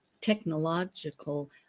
technological